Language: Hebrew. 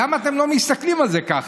למה אתם לא מסתכלים על זה ככה?